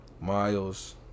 miles